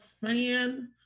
fan